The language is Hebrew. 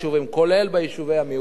כולל ביישובי המיעוטים,